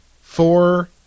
Four